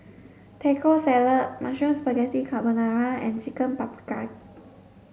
Taco Salad Mushroom Spaghetti Carbonara and Chicken Paprikas